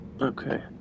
Okay